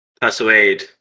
persuade